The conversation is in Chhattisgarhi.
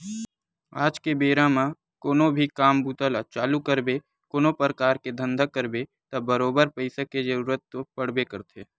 आज के बेरा म कोनो भी काम बूता ल चालू करबे कोनो परकार के धंधा करबे त बरोबर पइसा के जरुरत तो पड़बे करथे